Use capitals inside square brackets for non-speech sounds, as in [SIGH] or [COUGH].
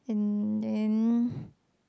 and then [NOISE]